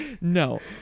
no